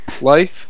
life